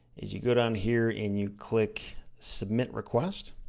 you go down here and you click submit request.